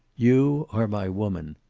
you are my woman.